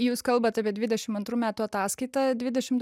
jūs kalbat apie dvidešim antrų metų ataskaitą dvidešimt